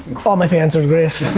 all my fans are greatest.